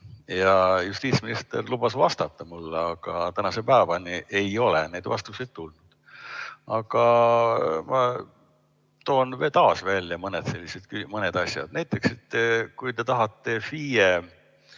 Justiitsminister lubas vastata mulle, aga tänase päevani ei ole neid vastuseid tulnud. Aga ma toon taas välja mõned sellised asjad. Näiteks, kui te tahate FIE